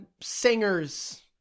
singers